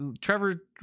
Trevor